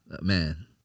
man